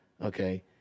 okay